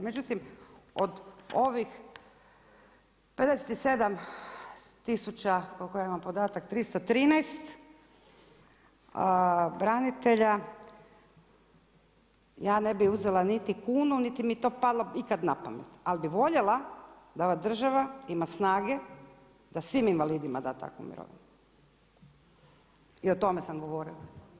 Međutim od ovih 57 tisuća koliko ja imam podatak 313 branitelja ja ne bi uzela niti kunu niti mi je to palo ikad na pamet, ali bi voljela da ova država ima snage da svim invalidima da takvu mirovinu i o tome sam govorila.